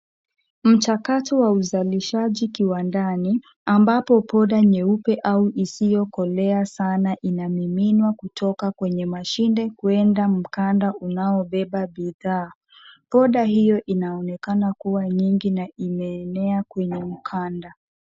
Mchakato wa uzalishaji kiwandani ambapo poda nyeupe au isiyokolea sana inamiminwa kutoka kwenye mashine kwenda mkanda unaobeba bidhaa. Poda hiyo inaonekana kuwa nyingi na inaenea kwenye mkanda.